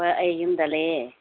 ꯍꯣꯏ ꯑꯩ ꯌꯨꯝꯗ ꯂꯩꯌꯦ